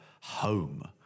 home